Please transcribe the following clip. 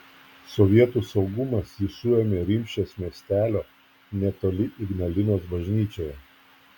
sovietų saugumas jį suėmė rimšės miestelio netoli ignalinos bažnyčioje